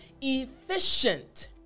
efficient